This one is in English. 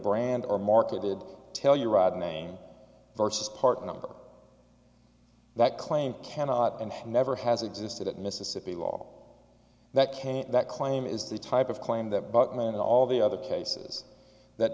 brand or marketed telluride name versus part of that claim cannot and never has existed at mississippi law that can't that claim is the type of claim that buckman and all the other cases that